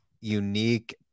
unique